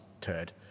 turd